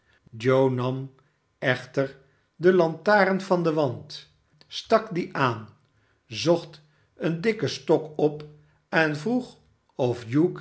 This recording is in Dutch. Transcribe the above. nam echter de lantaren van den wand stah die aan zocht een dikken stok op en vroeg of